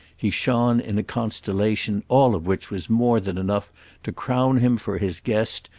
he shone in a constellation all of which was more than enough to crown him, for his guest,